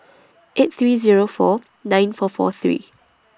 eight three Zero four nine four four three